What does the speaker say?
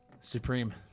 supreme